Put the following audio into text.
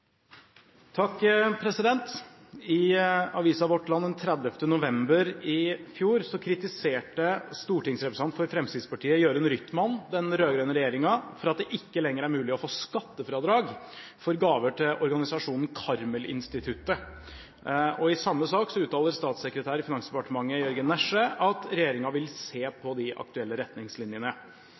i spørretimen. «I avisen Vårt Land den 30. november 2013 kritiserte stortingsrepresentant for Fremskrittspartiet Jørund Rytman den rød-grønne regjeringen for at det ikke lenger er mulig å få skattefradrag for gaver til organisasjonen Karmel-Instituttet. I samme sak uttaler statssekretær i Finansdepartementet Jørgen Næsje at regjeringen vil